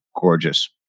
gorgeous